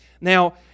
Now